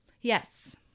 yes